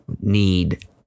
need